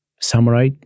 samurai